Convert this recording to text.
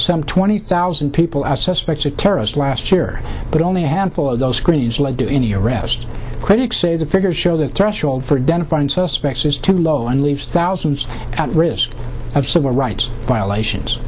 some twenty thousand people as suspects a terrorist last year but only a handful of those screens lead to any arrest critics say the figures show that threshold for dental find suspects is too low and leaves thousands at risk of civil rights violations